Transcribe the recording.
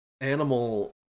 Animal